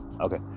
okay